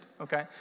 okay